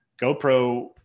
GoPro